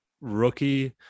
rookie